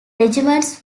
regiments